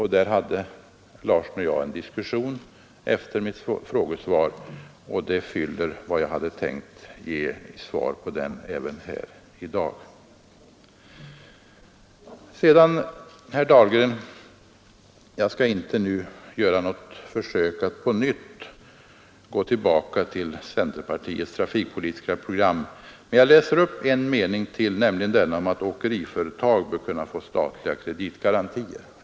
Herr Larsson och jag hade då en diskussion efter mitt frågesvar, och vad som sades då fyller vad jag hade tänkt svara även här i dag. Jag skall inte göra ett försök att på nytt gå tillbaka till centerpartiets trafikpolitiska program, herr Dahlgren, men jag läser upp ytterligare en mening, nämligen den där det står att ”åkeriföretag bör kunna få statliga kreditgarantier”.